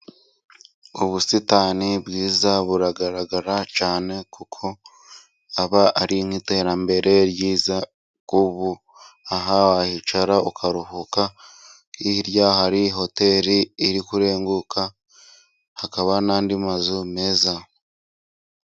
Ubusitani bwiza buragaragara cyane kuko aba ari nk'iterambere ryiza, ubu aha wahicara ukaruhuka, hirya hari hoteli iri kurenguka hakaba n'andi mazu meza.